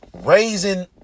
Raising